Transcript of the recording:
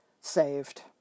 saved